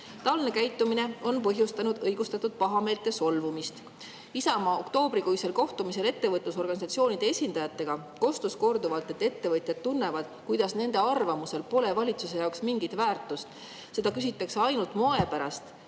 Taoline käitumine on põhjustanud õigustatud pahameelt ja solvumist. Isamaa oktoobrikuisel kohtumisel ettevõtlusorganisatsioonide esindajatega kostus korduvalt, et ettevõtjad tunnevad, kuidas nende arvamusel pole valitsuse jaoks mingit väärtust, seda küsitakse ainult moe pärast,